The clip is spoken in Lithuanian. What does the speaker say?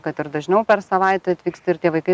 kad ir dažniau per savaitę atvyksti ir tie vaikai